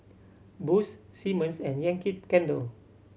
Boost Simmons and Yankee Candle